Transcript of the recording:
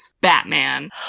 batman